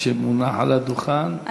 הארגז שמונח על הדוכן,